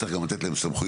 צריך גם לתת להם סמכויות.